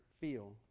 feel